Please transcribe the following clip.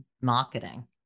marketing